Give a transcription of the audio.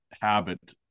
habit